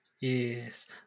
Yes